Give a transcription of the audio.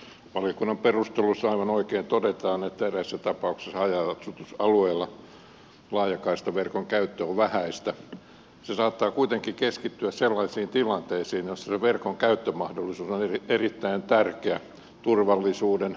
vaikka valiokunnan perusteluissa aivan oikein todetaan että eräissä tapauksissa haja asutusalueilla laajakaistaverkon käyttö on vähäistä se saattaa kuitenkin keskittyä sellaisiin tilanteisiin joissa se verkon käyttömahdollisuus on erittäin tärkeä turvallisuuden kannalta